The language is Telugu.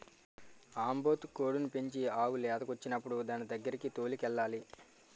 ఆంబోతు కోడిని పెంచి ఆవు లేదకొచ్చినప్పుడు దానిదగ్గరకి తోలుకెళ్లాలి